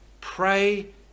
Pray